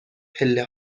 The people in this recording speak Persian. پله